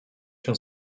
się